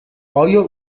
آیا